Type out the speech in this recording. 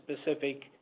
specific